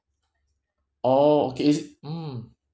oh okay is it mm